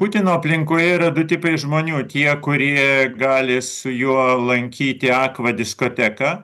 putino aplinkoje yra du tipai žmonių tie kurie gali su juo lankyti akva diskoteką